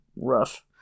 rough